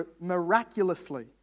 miraculously